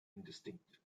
indistinct